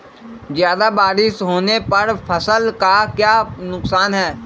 ज्यादा बारिस होने पर फसल का क्या नुकसान है?